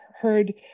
heard